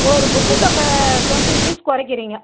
ஒரு புக்குக்கு அப்போ டொண்ட்டி ரூப்பீஸ் குறைக்கிறீங்க